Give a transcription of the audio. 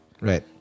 Right